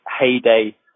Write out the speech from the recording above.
heyday